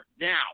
Now